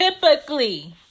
typically